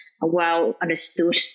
well-understood